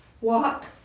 walk